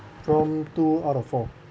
prompt two out of four